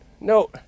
No